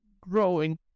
growing